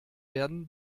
werden